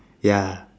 ya